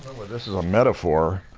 this is a metaphor.